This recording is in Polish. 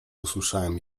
usłyszałem